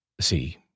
See